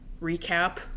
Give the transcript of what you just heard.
recap